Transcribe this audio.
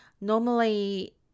normally